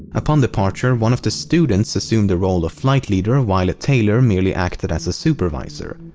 upon departure one of the students assumed the role of flight leader while taylor merely acted as a supervisor.